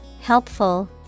helpful